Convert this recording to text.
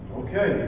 okay